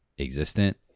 existent